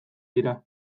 dira